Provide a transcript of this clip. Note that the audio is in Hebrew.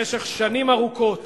במשך שנים ארוכות